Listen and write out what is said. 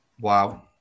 Wow